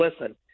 listen